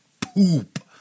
poop